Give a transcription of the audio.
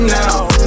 now